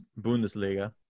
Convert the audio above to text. Bundesliga